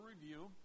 review